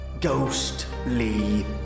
ghostly